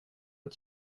att